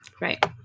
right